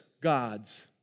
gods